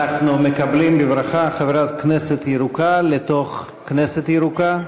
אנחנו מקבלים בברכה חברת כנסת ירוקה לתוך כנסת ירוקה.